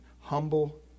Humble